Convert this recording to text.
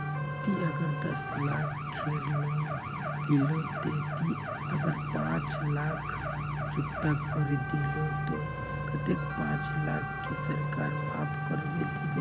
ती अगर दस लाख खेर लोन लिलो ते ती अगर पाँच लाख चुकता करे दिलो ते कतेक पाँच लाख की सरकार माप करे दिबे?